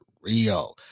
Rio